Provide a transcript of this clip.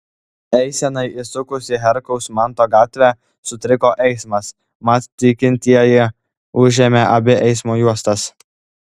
eisenai įsukus į herkaus manto gatvę sutriko eismas mat tikintieji užėmė abi eismo juostas